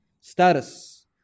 status